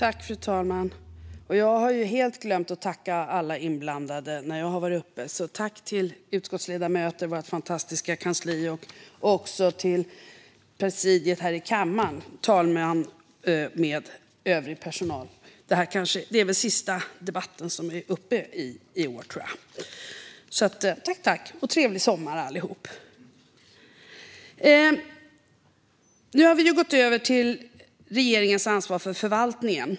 Fru talman! Jag har helt glömt att tacka alla inblandade de gånger jag tidigare har varit uppe. Tack till utskottsledamöter, till vårt fantastiska kansli och till presidiet här i kammaren, med talmän och övrig personal. Detta är väl den sista debatt som vi är uppe i under detta riksmöte, så jag säger tack och trevlig sommar till alla. Nu har vi gått över till regeringens ansvar för förvaltningen.